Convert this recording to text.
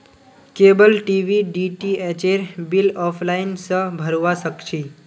cable TV डीटीएचेर bill offline स भरवा सक छी